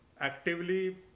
actively